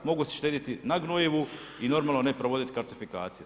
Mogu štediti na gnojivu i normalno ne provoditi kalcifikacije.